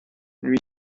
lui